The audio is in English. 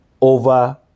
over